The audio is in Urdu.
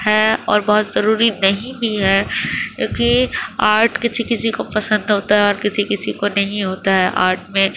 ہے اور بہت ضروری نہیں بھی ہے کیوںکہ آرٹ کسی کسی کو پسند ہوتا ہے اور کسی کسی کو نہیں ہوتا ہے آرٹ میں